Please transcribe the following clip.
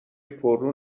پررو